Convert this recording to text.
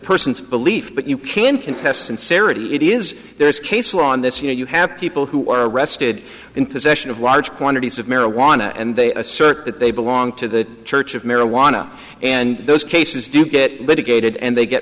person's belief but you can contest sincerity it is there is case law on this you know you have people who are arrested in possession of large quantities of marijuana and they assert that they belong to the church of marijuana and those cases do get dedicated and they get